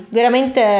veramente